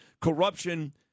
corruption